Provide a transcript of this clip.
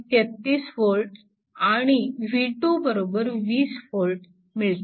33V v220V मिळते